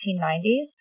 1890s